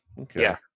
Okay